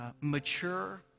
mature